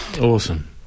awesome